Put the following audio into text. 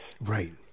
Right